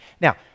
Now